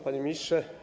Panie Ministrze!